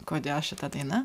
kodėl šita daina